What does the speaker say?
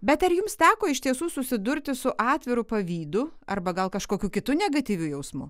bet ar jums teko iš tiesų susidurti su atviru pavydu arba gal kažkokiu kitu negatyviu jausmu